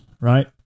right